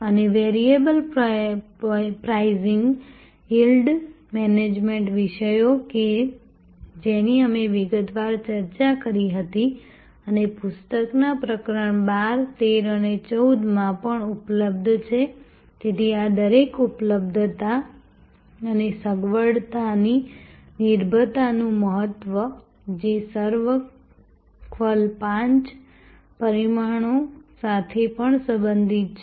અને variable pricing yield management વિષયો કે જેની અમે વિગતવાર ચર્ચા કરી હતી અને પુસ્તકના પ્રકરણ 12 13 અને 14માં પણ ઉપલબ્ધ છે તેથી આ દરેક ઉપલબ્ધતા અને સગવડતાની નિર્ભરતાનું મહત્વ જે સર્વક્વલ પાંચ પરિમાણ સાથે પણ સંબંધિત છે